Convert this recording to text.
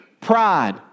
pride